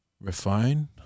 refine